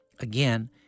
again